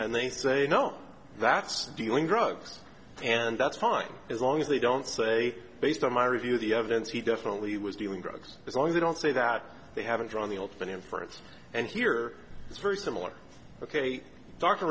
and they say no that's dealing drugs and that's fine as long as they don't say based on my review of the evidence he definitely was dealing drugs as long as they don't say that they haven't drawn the open inference and here it's very similar ok